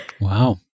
Wow